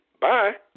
Bye